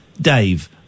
Dave